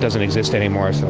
doesn't exist anymore, so